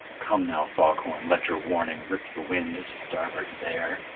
come now, fog-horn, let your warning rip the wind to starboard there!